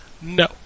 No